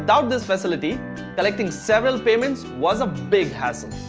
this facility collecting several payments was a big hassle.